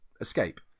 escape